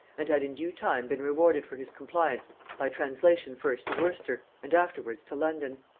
and had in due time been rewarded for his compliance by translation first to worcester and afterwards to london.